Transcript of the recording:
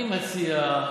מה אתה מציע?